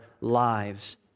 lives